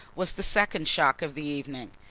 was the second shock of the evening.